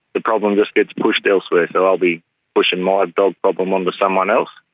the problem just gets pushed elsewhere. so i'll be pushing my dog problem on to someone else,